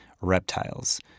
reptiles